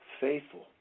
faithful